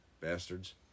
Bastards